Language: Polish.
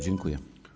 Dziękuję.